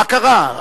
מה קרה,